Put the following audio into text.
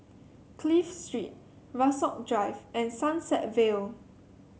Clive Street Rasok Drive and Sunset Vale